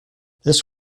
this